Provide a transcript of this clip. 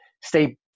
stay